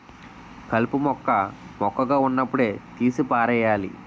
కలుపు మొక్క మొక్కగా వున్నప్పుడే తీసి పారెయ్యాలి